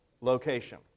location